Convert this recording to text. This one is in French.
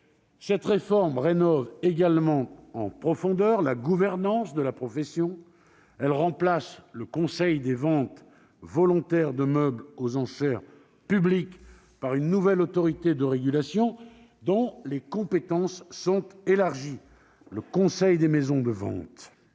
Cette réforme rénove également en profondeur la gouvernance de la profession. Elle remplace le Conseil des ventes volontaires de meubles aux enchères publiques par une nouvelle autorité de régulation dont les compétences sont élargies : le Conseil des maisons de vente.